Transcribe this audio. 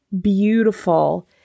beautiful